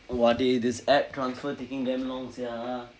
!wah! dey this app transfer taking damn long sia